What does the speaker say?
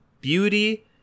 beauty